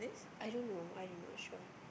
I don't know I am not sure